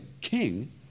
King